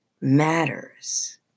matters